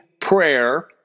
prayer